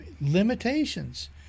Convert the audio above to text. limitations